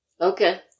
Okay